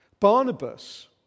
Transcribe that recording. Barnabas